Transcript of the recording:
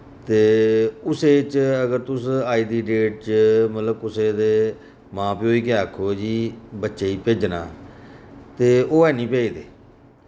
ते उस ऐज च अगर तुस अज्ज दी डेट च मतलब कुसै दे मां प्यो ई गै आक्खो जी बच्चे ई भेजना ते ओ हैनी भेजदे